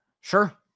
Sure